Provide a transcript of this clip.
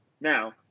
Now